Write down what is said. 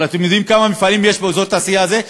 אבל אתם יודעים כמה מפעלים יש באזור התעשייה הזה,